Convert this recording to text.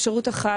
אפשרות אחת,